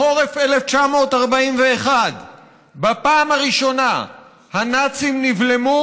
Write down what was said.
בחורף 1941 בפעם הראשונה הנאצים נבלמו,